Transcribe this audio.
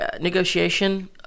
negotiation